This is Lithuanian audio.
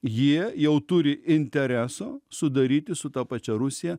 jie jau turi intereso sudaryti su ta pačia rusija